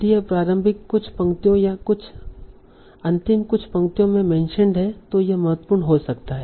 यदि यह प्रारंभिक कुछ पंक्तियों या अंतिम कुछ पंक्तियों में मेंशनड है तो यह महत्वपूर्ण हो सकता है